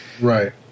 right